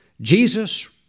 Jesus